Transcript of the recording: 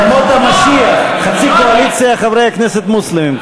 זה ימות המשיח, חצי מהקואליציה חברי כנסת מוסלמים,